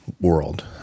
world